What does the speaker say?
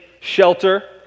shelter